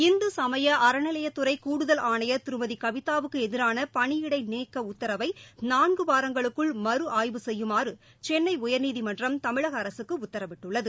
இந்து சமய அறநிலையத்துறை கூடுதல் ஆணையா் திருமதி கவிதாவுக்கு எதிரான பணியிடை நீக்க உத்தரவை நான்கு வாரங்களுக்குள் மறு ஆய்வு செய்யுமாறு சென்னை உயர்நீதிமன்றம் தமிழக அரசுக்கு உத்தரவிட்டுள்ளது